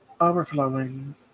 Overflowing